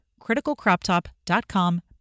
criticalcroptop.com